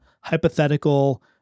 hypothetical